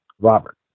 Robert